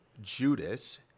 Judas